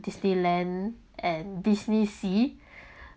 disneyland and disney sea